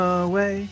away